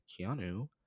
Keanu